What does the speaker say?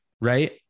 right